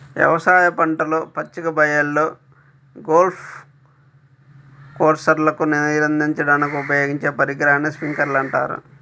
వ్యవసాయ పంటలు, పచ్చిక బయళ్ళు, గోల్ఫ్ కోర్స్లకు నీరందించడానికి ఉపయోగించే పరికరాన్ని స్ప్రింక్లర్ అంటారు